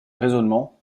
raisonnements